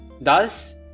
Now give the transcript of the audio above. Thus